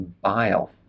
bile